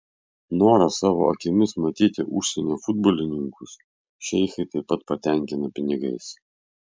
norą savo akimis matyti užsienio futbolininkus šeichai taip pat patenkina pinigais